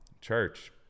church